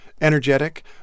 energetic